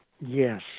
yes